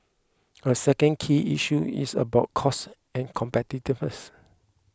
a second key issue is about costs and competitiveness